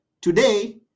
Today